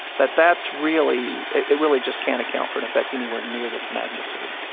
that that's really it really just can't account for an effect anywhere near this magnitude